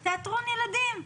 אבל תיאטרון ילדים,